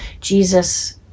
jesus